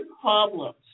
problems